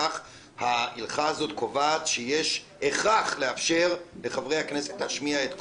כך הלכה הזאת קובעת שיש הכרח לאפשר לחברי הכנסת להשמיע את קולם.